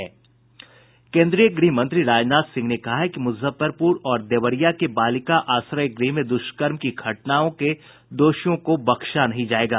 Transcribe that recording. केन्द्रीय गृह मंत्री राजनाथ सिंह ने कहा है कि मुजफ्फरपुर और देवरिया के बालिका आश्रय गृह में द्रष्कर्म की घटनाओं के दोषियों को बख्शा नहीं जायेगा